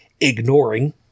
ignoring